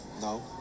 No